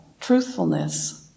truthfulness